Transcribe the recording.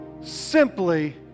Simply